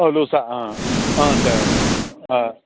ப லூஸாக ஆ ஆ சரி ஆ